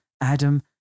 Adam